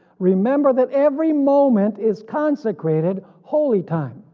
remember that every moment is consecrated, holy time.